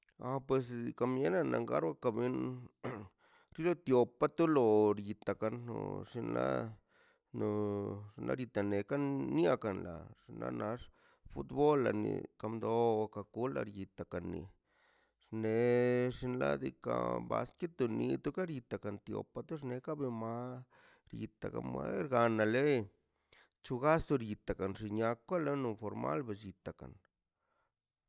A pues kamiero angaron ka mien tira tio to lo tio kanox na no xnaꞌ diitan nietan niakan la xnaꞌ nax futbola nie kandoka kola rietaka nin xṉe xinla kadika balltikani toka bitan ka nioxa pata nioza ka bin mal ita ka paagalenda lei chugaso ritana xiakolena formal bllitakan